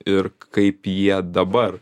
ir kaip jie dabar